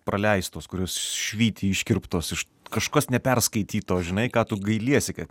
praleistos kurios švyti iškirptos iš kažkas neperskaityto žinai ką tu gailiesi kad